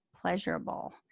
pleasurable